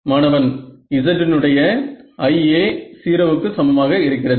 மாணவன் z னுடைய I A 0 க்கு சமமாக இருக்கிறது